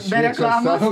be reklamos